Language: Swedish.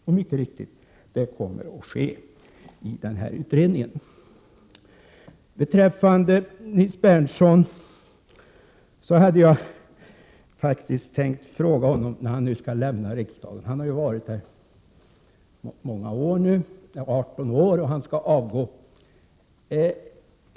Och mycket riktigt: detta kommer att ske i utredningen. Nils Berndtson hade jag faktiskt tänkt ställa en fråga till, när han nu skall avgå ur riksdagen. Han har ju varit här i 18 år.